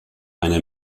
eine